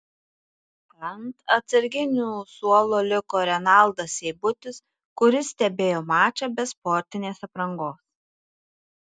ant atsarginių suolo liko renaldas seibutis kuris stebėjo mačą be sportinės aprangos